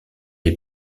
les